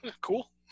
cool